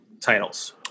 titles